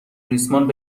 ریسمان